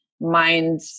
mind